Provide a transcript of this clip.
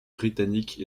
britanniques